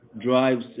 drives